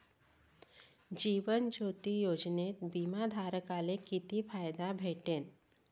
जीवन ज्योती योजनेत बिमा धारकाले किती फायदा भेटन?